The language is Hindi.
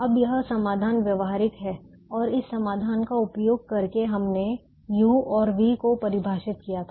अब यह समाधान व्यवहारिक है और इस समाधान का उपयोग करके हमने u और v को परिभाषित किया था